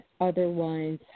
Otherwise